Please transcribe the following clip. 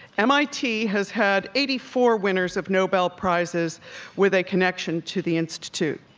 mit has had eighty four winners of nobel prizes with a connection to the institute.